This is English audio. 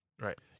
right